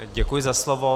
Děkuji za slovo.